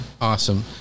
awesome